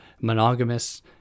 monogamous